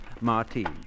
Martine